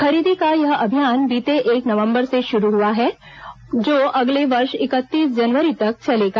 खरीदी का यह अभियान बीते एक नवम्बर से शुरू हुआ है जो अगले वर्ष इकतीस जनवरी तक चलेगा